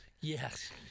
Yes